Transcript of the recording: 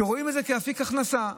שרואים את זה כאפיק הכנסה.